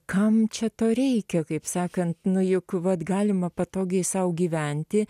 kam čia to reikia kaip sakant nu juk vat galima patogiai sau gyventi